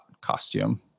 costume